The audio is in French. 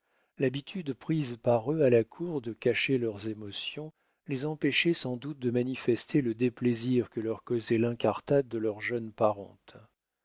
l'habitude prise par eux à la cour de cacher leurs émotions les empêchait sans doute de manifester le déplaisir que leur causait l'incartade de leur jeune parente